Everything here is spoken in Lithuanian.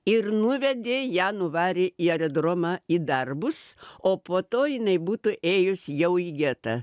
ir nuvedė ją nuvarė į aerodromą į darbus o po to jinai būtų ėjus jau į getą